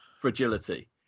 fragility